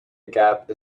gap